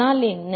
அதனால் என்ன